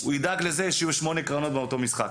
הוא ידאג לזה שיהיו שמונה קרנות באותו משחק.